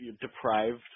deprived